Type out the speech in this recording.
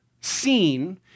seen